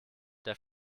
der